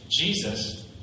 Jesus